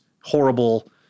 horrible